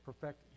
perfect